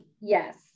Yes